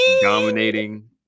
Dominating